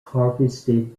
harvested